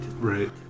right